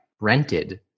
rented